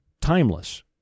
timeless